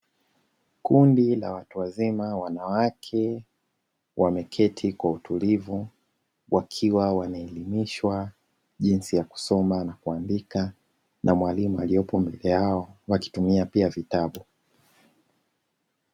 Kundi la watu wazima wanawake, wameketi kwa utulivu wakiwa wanaelimishwa jinsi ya kusoma na kuandika na mwalimu aliyepo mbele yao, wakitumia pia vitabu.